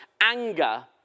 anger